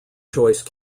choice